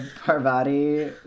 Parvati